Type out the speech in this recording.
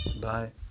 Bye